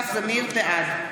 בעד